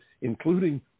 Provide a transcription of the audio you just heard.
including